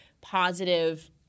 positive